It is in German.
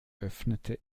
öffnete